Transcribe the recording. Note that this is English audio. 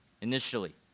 initially